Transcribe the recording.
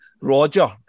Roger